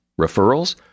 Referrals